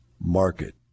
market